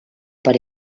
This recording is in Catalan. per